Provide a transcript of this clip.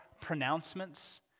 pronouncements